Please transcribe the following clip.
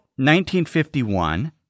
1951